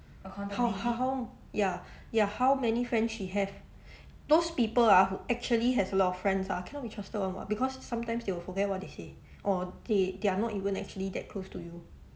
how h~ how ya ya how many friends she have those people ah who actually has a lot of friends ah cannot be trusted [one] [what] because sometimes they will forget what they say or they they're not even actually that close to you